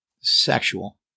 sexual